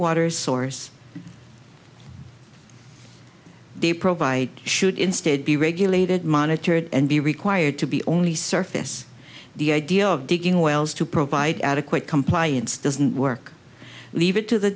water source they provide should instead be regulated monitored and be required to be only surface the idea of digging wells to provide adequate compliance doesn't work leave it to the